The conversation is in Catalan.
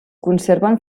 conserven